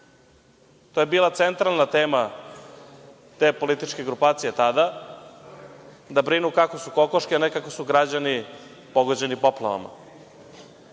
To je bila centralna tema te političke grupacije tada, da brinu kako su kokoške, a ne kako su građani pogođeni poplavama. To